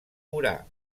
urà